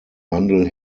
wandel